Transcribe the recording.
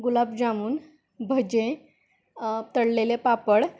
गुलाबजामुन भजे तळलेले पापड